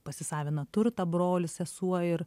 pasisavina turtą brolis sesuo ir